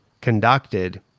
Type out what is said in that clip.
conducted